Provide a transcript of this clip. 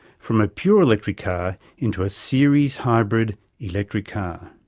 from a pure electric car into a series hybrid electric car.